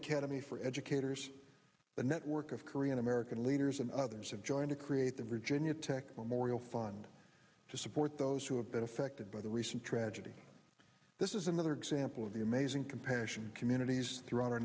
academy for educators the network of korean american leaders and others have joined to create the virginia tech memorial fund to support those who have been affected by the recent tragedy this is another example of the amazing compassion communities throughout our